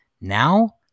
Now